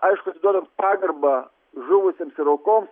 aišku atiduodant pagarbą žuvusiems ir aukoms